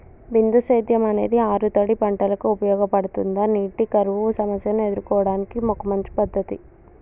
బిందు సేద్యం అనేది ఆరుతడి పంటలకు ఉపయోగపడుతుందా నీటి కరువు సమస్యను ఎదుర్కోవడానికి ఒక మంచి పద్ధతి?